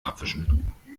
abwischen